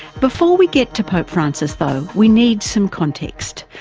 before we get to pope francis though we need some context,